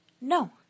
no